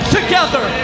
together